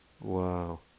Wow